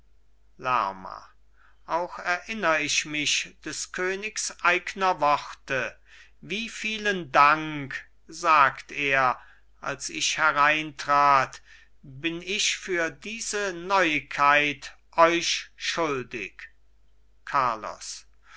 lerma auch erinnr ich mich des königs eigner worte wie vielen dank sagt er als ich hereintrat bin ich für diese neuigkeit euch schuldig carlos